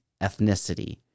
ethnicity